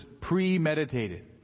premeditated